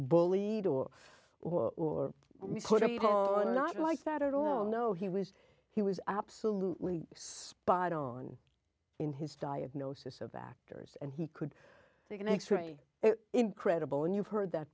bullied or or put a poem or not like that at all no he was he was absolutely spot on in his diagnosis of actors and he could take an x ray incredible and you've heard that